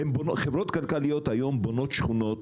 חברות כלכליות היום בונות שכונות